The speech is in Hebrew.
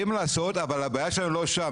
לעשות, אבל הבעיה שלנו לא שם.